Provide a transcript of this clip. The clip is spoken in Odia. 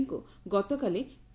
ହୀଙ୍କୁ ଗତକାଲି କ୍